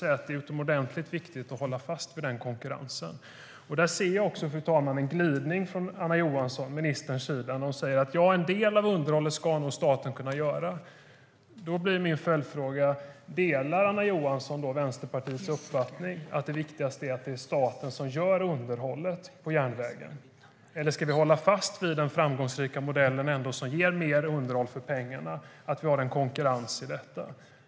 Det är utomordentligt viktigt att hålla fast vid den konkurrensen. Fru talman! Jag ser där en glidning från minister Anna Johanssons sida. Hon säger att en del av underhållet ska nog staten kunna göra. Då blir min följdfråga: Delar Anna Johansson Vänsterpartiets uppfattning att det viktigaste är att det är staten som gör underhållet på järnvägen? Eller ska vi hålla fast vid den framgångsrika modellen som ger mer underhåll för pengarna och ha en konkurrens i detta?